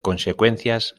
consecuencias